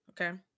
Okay